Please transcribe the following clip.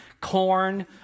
corn